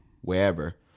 wherever